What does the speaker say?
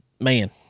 Man